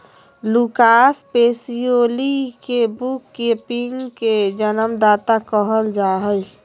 Lucas Pacioli के book keeping के जन्मदाता कहल जा हइ